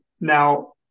Now